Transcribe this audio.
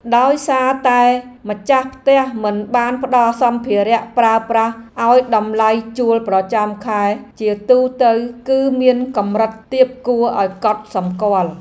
ដោយសារតែម្ចាស់ផ្ទះមិនបានផ្តល់សម្ភារៈប្រើប្រាស់ឱ្យតម្លៃជួលប្រចាំខែជាទូទៅគឺមានកម្រិតទាបគួរឱ្យកត់សម្គាល់។